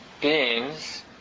beings